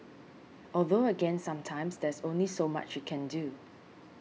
although again sometimes there's only so much you can do